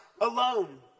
alone